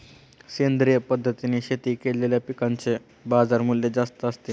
सेंद्रिय पद्धतीने शेती केलेल्या पिकांचे बाजारमूल्य जास्त असते